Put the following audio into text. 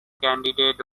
candidate